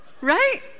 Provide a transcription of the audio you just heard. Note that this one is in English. right